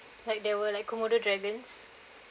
like there were like komodo dragons